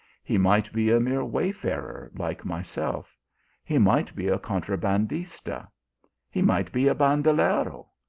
he might be a mere wayfarer like myself he might be a contra bandista he might be a bandalero!